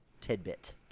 tidbit